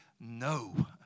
no